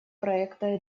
проекта